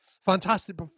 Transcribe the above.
fantastic